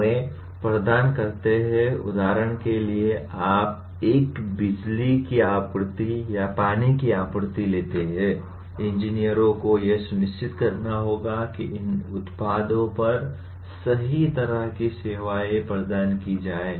वे सेवाएं प्रदान करते हैं उदाहरण के लिए आप एक बिजली की आपूर्ति या पानी की आपूर्ति लेते हैं इंजीनियरों को यह सुनिश्चित करना होगा कि इन उत्पादों पर सही तरह की सेवाएं प्रदान की जाएं